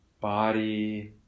body